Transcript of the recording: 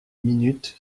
minutes